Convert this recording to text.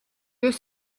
deux